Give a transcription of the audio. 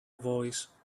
voice